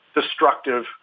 destructive